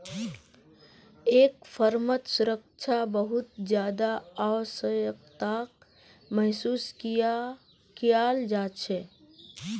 एक फर्मत सुरक्षा बहुत ज्यादा आवश्यकताक महसूस कियाल जा छेक